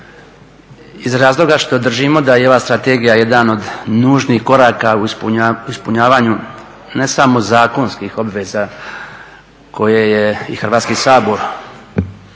iz razloga što držimo da je ova strategija jedan od nužnih koraka u ispunjavanju ne samo zakonskih obveza koje je i Hrvatski sabor